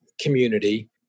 community